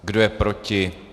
Kdo je proti?